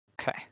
Okay